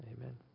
amen